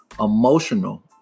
Emotional